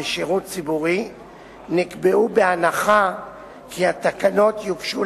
ושירות ציבורי נקבעו בהנחה שהתקנות יוגשו